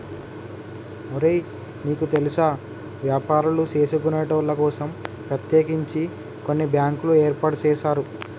ఒరే నీకు తెల్సా వ్యాపారులు సేసుకొనేటోళ్ల కోసం ప్రత్యేకించి కొన్ని బ్యాంకులు ఏర్పాటు సేసారు